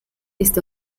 ist